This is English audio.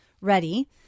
ready